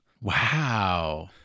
Wow